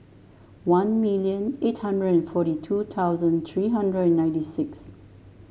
one million eight hundred and forty two thousand three hundred and ninety six